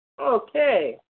Okay